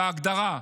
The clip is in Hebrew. בהגדרה.